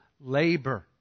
labor